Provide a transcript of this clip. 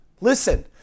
Listen